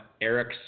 Eric